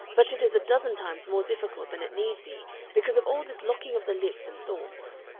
but it is a dozen times more difficult than it need be because of all this locking of the lips and thoughts.